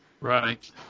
Right